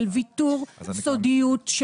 של ויתור סודיות,